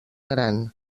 gran